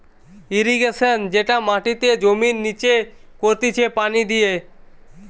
irrigation যেটা মাটিতে জমির লিচে করতিছে পানি দিয়ে